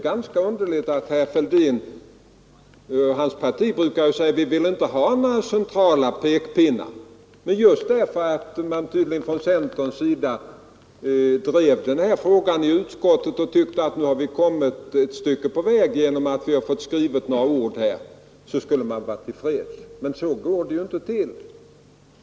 Herr Fälldin och hans parti brukar ju säga att ni inte vill ha några centrala pekpinnar. Men just därför att man från centerns sida drev denna fråga i utskottet och tyckte att man hade kommit ett stycke på väg så borde detta bekantgjorts. Men så går det ju inte till.